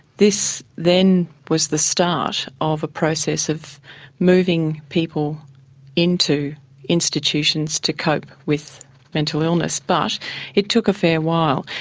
this then was the start of a process of moving people into institutions to cope with mental illness. but it took a fair while.